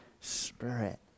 Spirit